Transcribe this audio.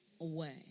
away